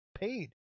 paid